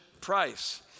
price